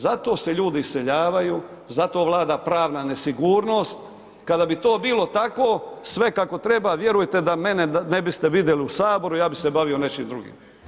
Zato se ljudi iseljavaju, zato vlada pravna nesigurnost, kada bi to bilo tako sve kako treba vjerujte da mene ne biste vidjeli u saboru ja bi se bavio nečim drugim.